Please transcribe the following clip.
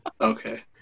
Okay